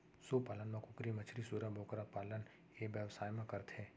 सु पालन म कुकरी, मछरी, सूरा, बोकरा पालन ए बेवसाय म करथे